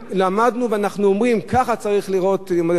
למדנו ואנחנו אומרים: ככה צריכים להיראות לימודי תורה.